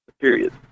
Period